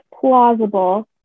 plausible